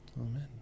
Amen